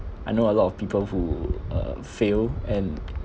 I know a lot of people who um fail and